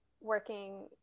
working